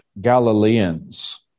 Galileans